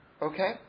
Okay